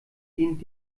dient